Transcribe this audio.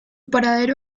paradero